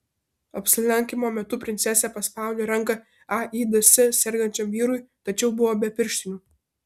apsilankymo metu princesė paspaudė ranką aids sergančiam vyrui tačiau buvo be pirštinių